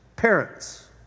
Parents